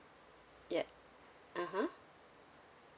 ya (uh huh)